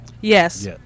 Yes